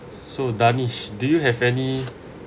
so danish do you have any